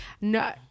no